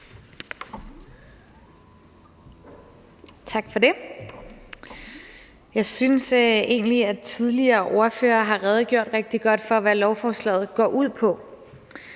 Tak for det. Jeg synes egentlig, at de tidligere ordførere har redegjort rigtig godt for, hvad lovforslaget går ud på.